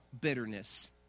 bitterness